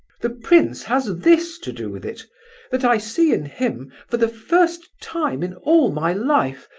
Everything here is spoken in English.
the prince has this to do with it that i see in him for the first time in all my life,